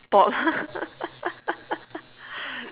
Bob